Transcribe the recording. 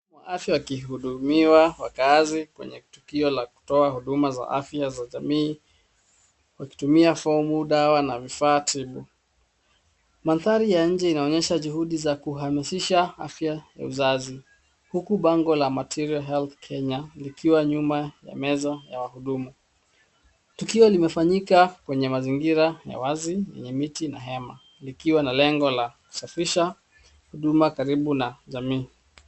Wahudumu wa afya wakihudumia wakaazi kwenye tukio la kutoa huduma za afya kwa jamii wakitumia fomu, dawa na vifaa tibu. Mandhari ya nje inaonyesha juhudi za kuhamasisha afya ya uzazi huku bango la Material Health Kenya likiwa nyuma ya meza ya wahudumu. Tukio limefanyika kwenye mazingira ya wazi yenye miti na hema likiwa na lengo la kusafisha huduma karibu na jamii.